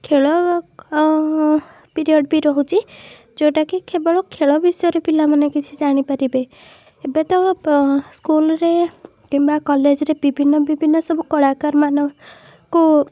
ଖେଳ କଁ ପିରିୟଡ଼୍ ବି ରହୁଛି ଯେଉଁଟାକି କେବଳ ଖେଳ ବିଷୟରେ ପିଲାମାନେ କିଛି ଜାଣିପାରିବେ ଏବେ ତ ପ ସ୍କୁଲ୍ରେ କିମ୍ବା କଲେଜରେ ବିଭିନ୍ନ ବିଭିନ୍ନ ସବୁ କଳାକାରମାନ କୁ